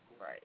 right